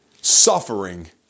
suffering